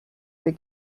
der